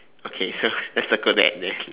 okay so let's circle that then